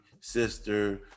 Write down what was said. sister